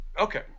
Okay